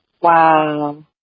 Wow